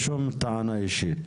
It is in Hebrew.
טענה אישית,